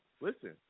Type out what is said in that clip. listen